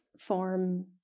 Form